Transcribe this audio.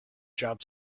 job